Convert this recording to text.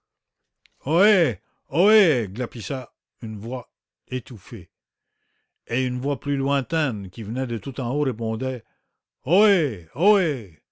glapissait une voix étouffée et une voix plus lointaine qui venait de tout en haut répondait